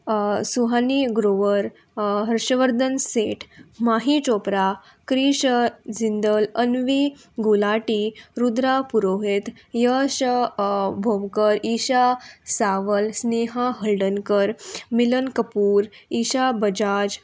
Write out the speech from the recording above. Suhani Grover Harshvardhan Seth Mahi Chopra Krish Jindal Anvi Gulati Rudra Purohit Yash Bhomkar Isha Sawal Sneha Haldankar Milan Kapoor Isha Bajaj